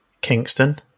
Kingston